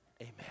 Amen